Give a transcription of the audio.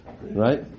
Right